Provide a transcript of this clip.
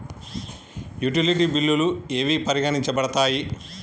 Utility బిల్లులు ఏవి పరిగణించబడతాయి?